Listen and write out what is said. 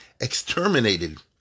exterminated